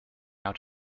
out